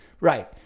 Right